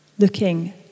looking